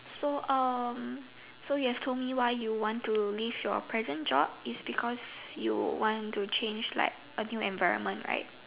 so um so you have told me why you want to leave your present job is because you want to change like a new environment right